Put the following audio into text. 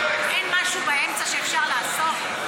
אין משהו באמצע שאפשר לעשות?